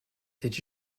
did